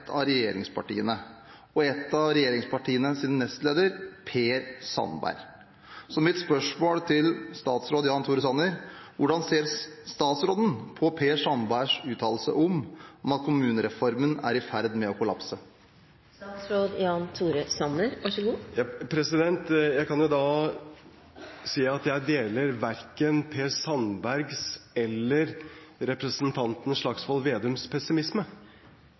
av regjeringspartiene, og et av regjeringspartienes nestleder, Per Sandberg. Mitt spørsmål til statsråd Jan Tore Sanner er: Hvordan ser statsråden på Per Sandbergs uttalelse om at kommunereformen er i ferd med å kollapse? Jeg kan si at jeg deler verken Per Sandbergs eller representanten Slagsvold Vedums pessimisme.